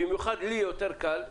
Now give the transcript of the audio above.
במיוחד לי יותר קל,